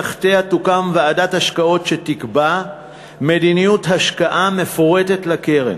תחתיה תוקם ועדת השקעות שתקבע מדיניות השקעה מפורטת לקרן.